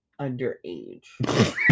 underage